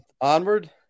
onward